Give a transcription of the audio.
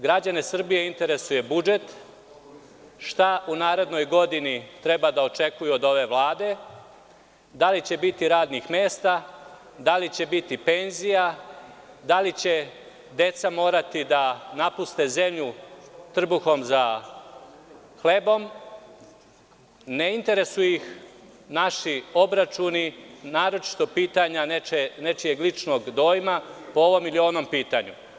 Građane Srbije interesuje budžet, šta u narednoj godini treba da očekuju od ove vlade, da li će biti radnih mesta, da li će biti penzija, da li će deca morati da napuste zemlju trbuhom za hlebom, ne interesuju ih naši obračuni, naročito po pitanju nečijeg ličnog dojma, po ovom ili onom pitanju.